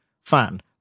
fan